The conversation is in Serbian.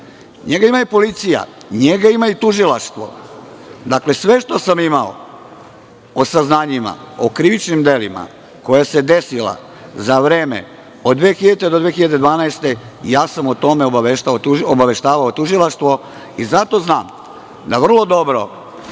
neću reći panduri. Njega ima i tužilaštvo. Dakle, sve što sam imao o saznanjima, o krivičnim delima koja su se desila za vreme od 2000. do 2012. godine, ja sam o tome obaveštavao tužilaštvo i zato znam da vrlo dobro